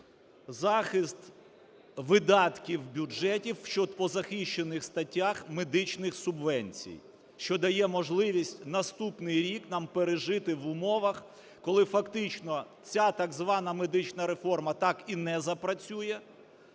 захист видатків бюджетів по захищених статтях медичних субвенцій, що дає можливість наступний рік нам пережити в умовах, коли фактично ця так звана "медична реформа" так і не запрацює,